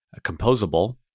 composable